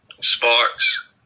sparks